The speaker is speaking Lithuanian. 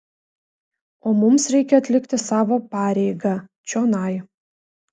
o mums reikia atlikti savo pareigą čionai